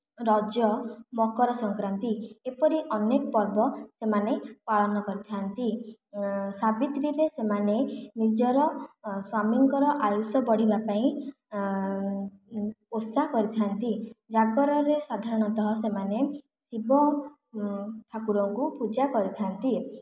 ରଜ ମକର ସଙ୍କ୍ରାନ୍ତି ଏପରି ଅନେକ ପର୍ବ ସେମାନେ ପାଳନ କରିଥାନ୍ତି ସାବିତ୍ରୀରେ ସେମାନେ ନିଜର ସ୍ୱାମୀଙ୍କର ଆୟୁଷ ବଢିବା ପାଇଁ ଓଷା କରିଥାନ୍ତି ଜାଗରରେ ସାଧାରଣତଃ ସେମାନେ ଶିବ ଠାକୁରଙ୍କୁ ପୂଜା କରିଥାନ୍ତି